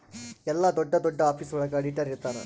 ಎಲ್ಲ ದೊಡ್ಡ ದೊಡ್ಡ ಆಫೀಸ್ ಒಳಗ ಆಡಿಟರ್ ಇರ್ತನ